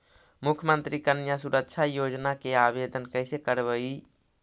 मुख्यमंत्री कन्या सुरक्षा योजना के आवेदन कैसे करबइ?